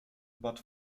but